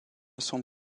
sont